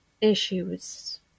issues